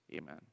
Amen